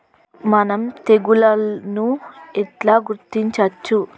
మనం తెగుళ్లను ఎట్లా గుర్తించచ్చు?